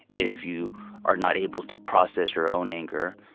if you are not able to process your own anger,